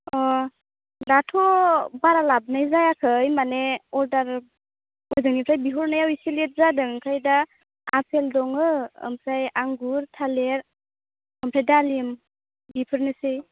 अ दाथ' बारा लाबोनाय जायाखै माने अर्डार हजोंनिफ्राय बिहरनायाव एसे लेट जादों ओमफ्राय दा आफेल दङो ओमफ्राय आंगुर थालिर ओमफ्राय दालिम इफोरनोसै